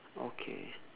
okay